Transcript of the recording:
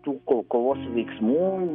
tų ko kovos veiksmų